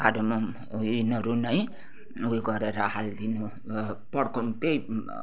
cardamom हो यिनाहरू नै उयो गरेर हलिदिनु पड्काउनु त्यै